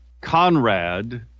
Conrad